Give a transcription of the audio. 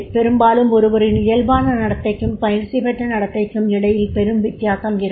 பெரும்பாலும் ஒருவரின் இயல்பான நடத்தைக்கும் பயிற்சி பெற்ற நடத்தைக்கும் இடையில் பெரும் வித்தியாசம் இருக்கும்